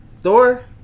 Thor